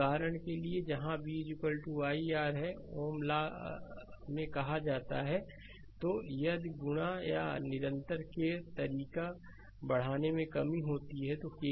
उदाहरण के लिए जहां v i R को Ωs ला में कहा जाता है तो यदि गुणा निरंतर k तरीका बढ़ने में कमी होती है तो KV KR तो उस पर आएगा